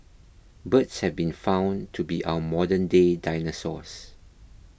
birds have been found to be our modernday dinosaurs